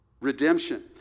Redemption